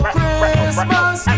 Christmas